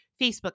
Facebook